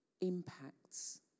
impacts